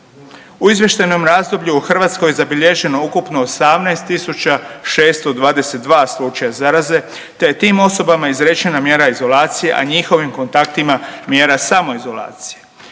U izvještajnom razdoblju u Hrvatskoj je zabilježeno ukupno 18.622 slučaja zaraze te je tim osobama izrečena mjera izolacije, a njihovim kontaktima mjera samoizolacije.